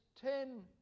ten